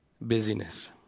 busyness